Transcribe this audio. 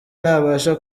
ntabasha